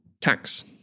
tax